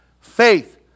Faith